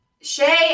Shay